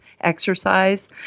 exercise